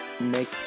make